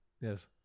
Yes